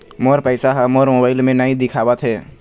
मोर पैसा ह मोर मोबाइल में नाई दिखावथे